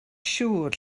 siŵr